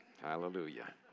Hallelujah